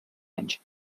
anys